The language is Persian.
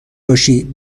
باشی